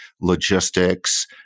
logistics